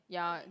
ya